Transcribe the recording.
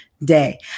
day